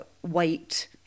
white